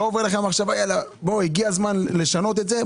לא עוברת לכם מחשבה הגיע הזמן לשנות את זה?